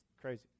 crazy